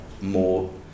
more